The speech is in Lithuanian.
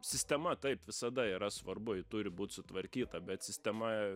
sistema taip visada yra svarbu ji turi būt sutvarkyta bet sistema